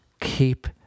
keep